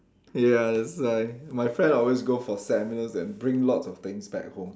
ya that's why my friend always go for seminars and bring lots of things back home